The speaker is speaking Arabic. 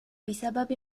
بسبب